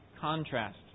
contrast